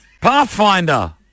Pathfinder